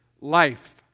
life